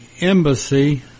embassy